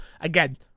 again